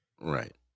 Right